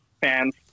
fans